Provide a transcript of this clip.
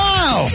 Wow